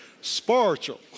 Spiritual